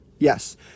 Yes